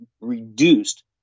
reduced